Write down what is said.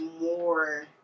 more